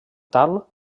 tal